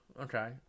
Okay